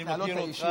אני מכיר אותך.